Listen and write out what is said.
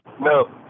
No